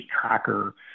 tracker